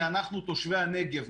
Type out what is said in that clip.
תושבי הנגב,